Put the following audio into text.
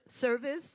service